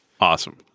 Awesome